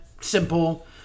simple